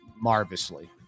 marvelously